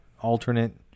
alternate